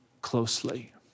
closely